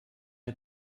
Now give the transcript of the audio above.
hat